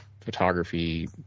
photography